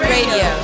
Radio